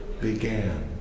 began